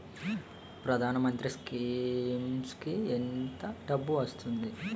ప్రధాన మంత్రి స్కీమ్స్ కీ ఎంత డబ్బు వస్తుంది?